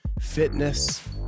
fitness